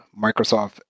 Microsoft